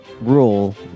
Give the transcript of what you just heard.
rule